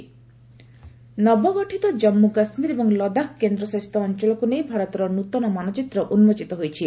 home map ନବଗଠିତ ଜାମ୍ଗୁ କାଶ୍ମୀର ଏବଂ ଲଦାଖ କେନ୍ଦ୍ର ଶସିତ ଅଞ୍ଚଳକୁ ନେଇ ଭାରତର ନୂତନ ମାନଚିତ୍ର ଉନ୍ମୋଚିତ ହୋଇଛି